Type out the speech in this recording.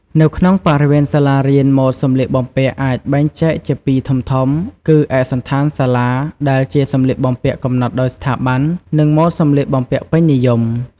នៅក្នុងបរិបទសាលារៀន ម៉ូដសម្លៀកបំពាក់អាចបែងចែកជាពីរធំៗ គឺឯកសណ្ឋានសាលាដែលជាសម្លៀកបំពាក់កំណត់ដោយស្ថាប័ន និងម៉ូដសម្លៀកបំពាក់ពេញនិយម។